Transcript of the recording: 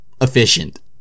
efficient